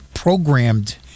Programmed